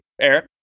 Eric